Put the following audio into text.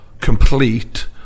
complete